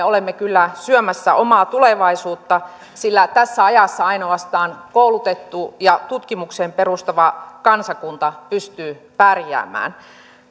olemme kyllä syömässä omaa tulevaisuuttamme sillä tässä ajassa ainoastaan koulutettu ja tutkimukseen perustava kansakunta pystyy pärjäämään